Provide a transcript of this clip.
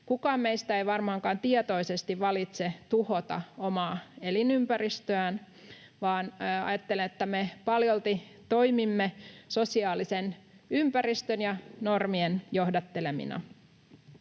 Kukaan meistä ei varmaankaan tietoisesti valitse tuhota omaa elinympäristöään, vaan ajattelen, että me toimimme paljolti sosiaalisen ympäristön ja normien johdattelemina.